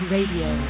Radio